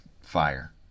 fire